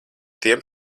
tiem